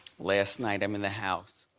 last night, i'm in the house.